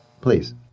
please